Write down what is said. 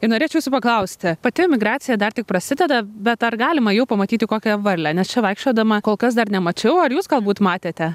ir norėčiau jūsų paklausti pati migracija dar tik prasideda bet ar galima jau pamatyti kokią varlę nes čia vaikščiodama kol kas dar nemačiau ar jūs galbūt matėte